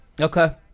Okay